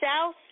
south